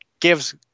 gives